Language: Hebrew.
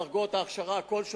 הדרגות, ההכשרה, הכול.